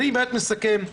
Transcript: אני מסכם.